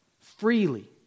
Freely